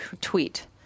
tweet